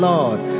Lord